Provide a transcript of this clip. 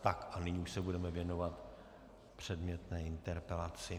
A nyní už se budeme věnovat předmětné interpelaci.